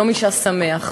יום אישה שמח.